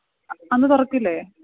അന്നു തുറക്കില്ലേ